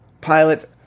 pilots